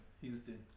Houston